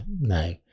no